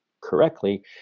correctly